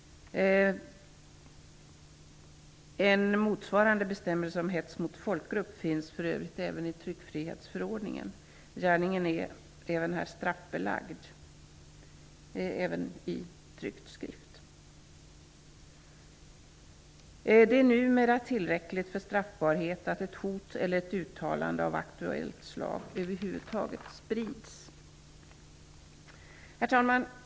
En motsvarande bestämmelse om hets mot folkgrupp finns för övrigt även i tryckfrihetsförordningen. Gärningen är således straffbelagd även när den begås i tryckt skrift. Det är numera tillräckligt för straffbarhet att ett hot eller ett uttalande av aktuellt slag över huvud taget sprids. Herr talman!